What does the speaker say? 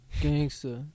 Gangster